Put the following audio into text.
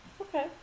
Okay